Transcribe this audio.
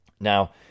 Now